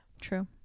True